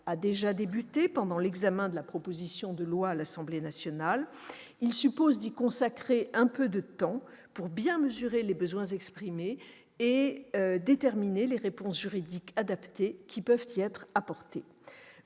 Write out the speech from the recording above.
a été entamé pendant l'examen de la proposition de loi à l'Assemblée nationale. Il suppose d'y consacrer un peu de temps pour bien mesurer les besoins exprimés et déterminer les réponses juridiques adaptées. Je propose